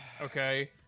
okay